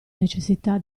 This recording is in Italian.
necessità